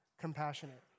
compassionate